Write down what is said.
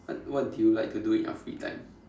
what what do you like to do in your free time